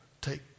take